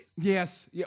Yes